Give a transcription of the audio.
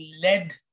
led